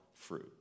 fruit